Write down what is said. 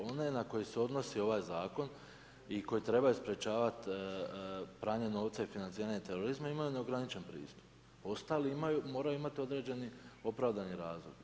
One na koji se odnosi na ovaj zakon i koje trebaju sprečavati pranje novca i financiranja terorizma, imaju neograničen pristup, ostali moraju imati određeni opravdani razlog.